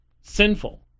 sinful